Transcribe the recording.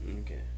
Okay